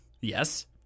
Yes